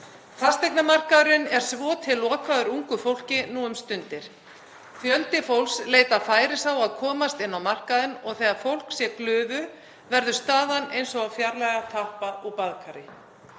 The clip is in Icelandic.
Fasteignamarkaðurinn er svo til lokaður ungu fólki nú um stundir. Fjöldi fólks leitar færis á að komast inn á markaðinn og þegar fólk sé glufu verður staðan eins og að fjarlægja tappa úr baðkari.